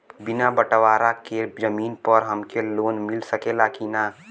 बिना बटवारा के जमीन पर हमके लोन मिल सकेला की ना?